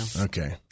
Okay